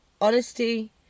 honesty